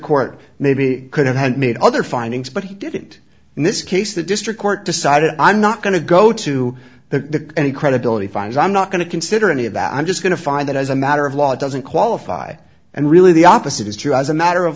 court maybe could have had made other findings but he didn't in this case the district court decide i'm not going to go to the any credibility fine i'm not going to consider any of that i'm just going to find that as a matter of law doesn't qualify and really the opposite is true as a matter of